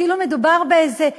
כאילו מדובר באיזה "פדאיון"